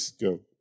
go